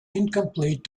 incomplete